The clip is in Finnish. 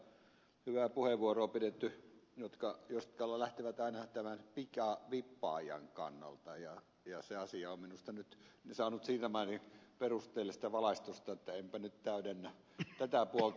täällä on monta hyvää puheenvuoroa pidetty jotka lähtevät aina tämän pikavippaajan kannalta ja se asia on minusta nyt saanut siinä määrin perusteellista valaistusta että enpä nyt täydennä tätä puolta